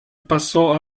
passò